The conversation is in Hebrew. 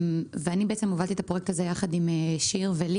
אני בעצם הובלתי את הפרויקט הזה יחד עם שיר ולי